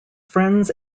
friends